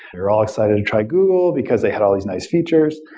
we're all excited to try google because they have all these nice features.